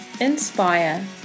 inspire